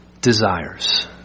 desires